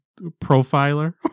profiler